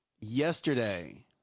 yesterday